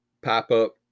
Pop-up